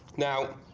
now